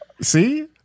See